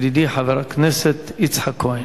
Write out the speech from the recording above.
ידידי חבר הכנסת יצחק כהן.